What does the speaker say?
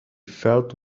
felt